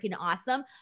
awesome